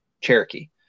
Cherokee